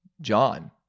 John